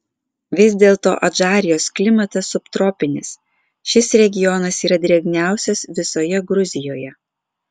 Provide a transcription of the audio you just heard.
vis dėlto adžarijos klimatas subtropinis šis regionas yra drėgniausias visoje gruzijoje